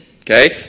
okay